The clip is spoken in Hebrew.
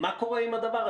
כולל מערך קהילה,